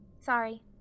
Sorry